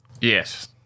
Yes